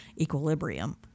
equilibrium